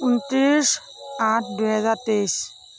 ঊনত্ৰিছ আঠ দুহেজাৰ তেইছ